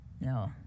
No